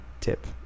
tip